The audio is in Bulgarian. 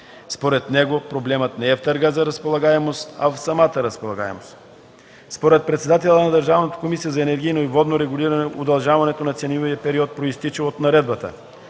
Според него проблемът не е в търга за разполагаемост, а в самата разполагаемост. Според председателя на Държавната комисия за енергийно и водно регулиране удължаването на ценовия период произтича от наредбата.